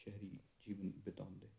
ਸ਼ਹਿਰੀ ਜੀਵਨ ਬਿਤਾਉਣ ਦੇ